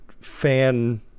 fan